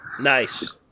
nice